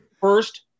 First